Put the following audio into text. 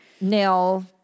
Nail